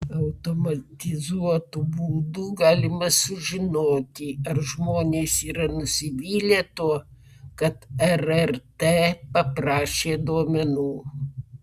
automatizuotu būdu galima sužinoti ar žmonės yra nusivylę tuo kad rrt paprašė duomenų